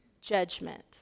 judgment